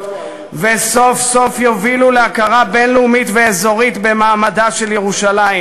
וסוף-סוף יובילו להכרה בין-לאומית ואזורית במעמדה של ירושלים,